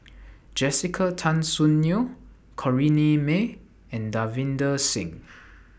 Jessica Tan Soon Neo Corrinne May and Davinder Singh